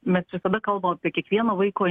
mes tada kalba apie kiekvieno vaiko